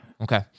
Okay